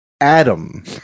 adam